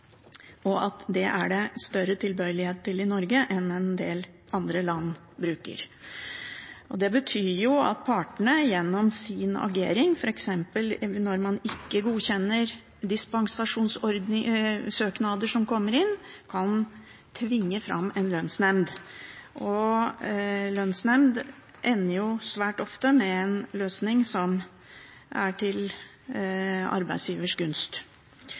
og at det er større tilbøyelighet til det i Norge enn i en del andre land. Det betyr at partene gjennom sin agering, f.eks. når man ikke godkjenner dispensasjonssøknader som kommer inn, kan tvinge fram en lønnsnemnd. Lønnsnemnd ender jo svært ofte med en løsning som er til